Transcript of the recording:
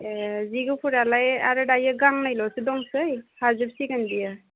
ए जि गुफुरालाय आरो दायो गांनैल'सो दंसै हाजोबसिगोन बियो